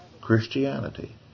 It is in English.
Christianity